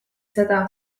seda